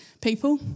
people